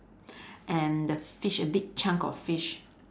and the fish a big chunk of fish